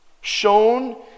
shown